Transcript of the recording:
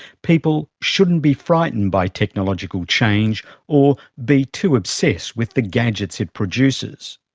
people shouldn't be frightened by technological change or be too obsessed with the gadgets it produces.